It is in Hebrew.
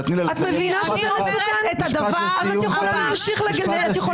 את יכולה לסיים.